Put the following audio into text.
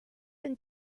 and